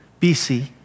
BC